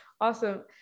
Awesome